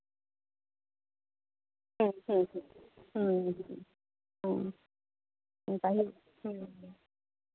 ᱦᱮᱸ ᱦᱮᱸ ᱦᱩᱸ ᱦᱩᱸ ᱯᱟᱹᱦᱤᱞ ᱦᱩᱸ